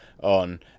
on